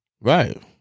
Right